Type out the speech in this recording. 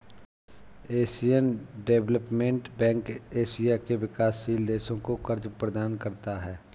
Asian Development Bank Asia के विकासशील देशों को कर्ज प्रदान करता है